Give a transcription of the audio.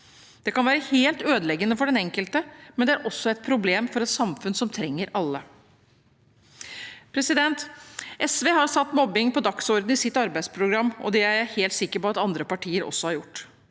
Det kan være helt ødeleggende for den enkelte, men det er også et problem for et samfunn som trenger alle. SV har satt mobbing på dagsordenen i sitt arbeidsprogram, og det er jeg helt sikker på at andre partier også har gjort,